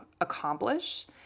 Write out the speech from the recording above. accomplish